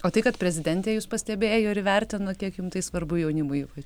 o tai kad prezidentė jus pastebėjo ir įvertino kiek jum tai svarbu jaunimui